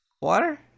Water